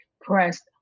pressed